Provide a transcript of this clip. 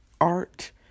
art